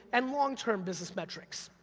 and long-term business metrics.